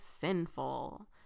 sinful